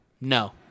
No